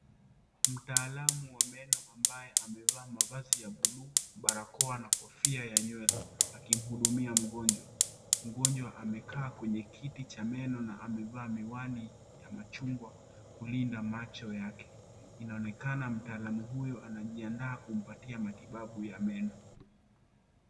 Mtaalamu wa meno ambaye amevaa mavazi ya bluu, barakoa na kofia ya nywele. Akimhudumia mgonjwa. Mgonjwa amekaa kwenye kiti cha meno na amevaa miwani ya machungwa kulinda macho yake. Inaonekana mtaalamu huyo anajiandaa kumpatia matibabu ya meno.